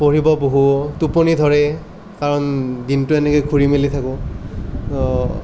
পঢ়িব বহোঁ টোপনি ধৰে কাৰণ দিনটো এনেকৈ ঘূৰি মেলি থাকোঁ